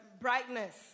brightness